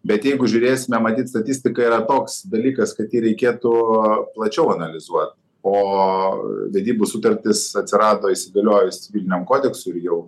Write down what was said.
bet jeigu žiūrėsime matyt statistika yra toks dalykas kad jį reikėtų plačiau analizuot o vedybų sutartis atsirado įsigaliojus civiliniam kodeksui ir jau